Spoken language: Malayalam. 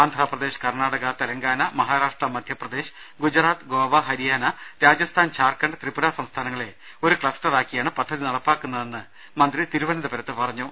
ആന്ധ്രപ്രദേശ് കർണാടക തെലങ്കാന മഹാരാഷ്ട്ര മധ്യപ്രദേ ശ് ഗുജറാത്ത് ഗോവ ഹരിയാന രാജസ്ഥാൻ ഝാർഖണ്ഡ് ത്രിപുര സംസ്ഥാനങ്ങളെ ഒരു ക്ലസ്റ്ററാക്കിയാണ് പദ്ധതി നടപ്പിലാക്കുന്നതെന്ന് മന്ത്രി തിരുവനന്തപുരത്ത് പറഞ്ഞു